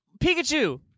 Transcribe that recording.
Pikachu